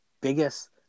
biggest